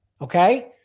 Okay